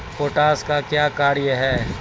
Potash का क्या कार्य हैं?